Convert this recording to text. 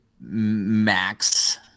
max